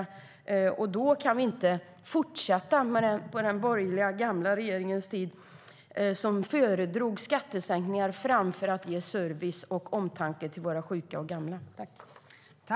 Därför kan vi inte fortsätta som på den borgerliga regeringens tid, då man föredrog skattesänkningar framför att ge service och omtanke till våra gamla och sjuka.